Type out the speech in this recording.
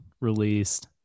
released